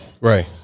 right